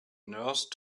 nurse